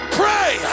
pray